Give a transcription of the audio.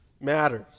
matters